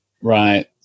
Right